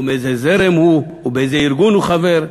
מאיזה זרם הוא ובאיזה ארגון הוא חבר.